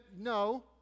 no